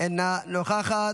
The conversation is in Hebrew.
אינה נוכחת.